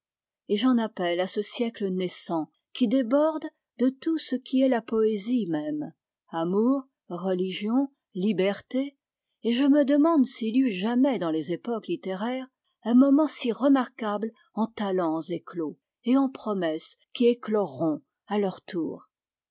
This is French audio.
et j'en appelle à ce siècle naissant qui déborde de tout ce qui est la poésie même amour religion liberté et je me demande s'il y eut jamais dans les époques littéraires un moment si remarquable en talens éclos et en promesses qui éclorront à leur tour